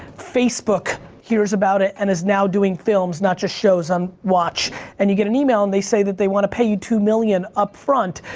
facebook hears about it and is now doing films not just shows on watch and you get an email and they say that they want to pay you two million up front.